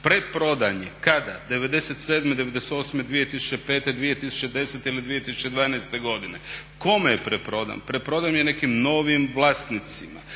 Preprodani, kada? '97., '98., 2005., 2010. ili 2012. godine. Kome je preprodan? Preprodan je nekim novim vlasnicima.